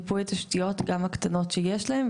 במיפוי תשתיות, גם הקטנות שיש להם.